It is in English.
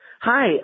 Hi